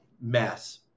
Mess